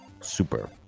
super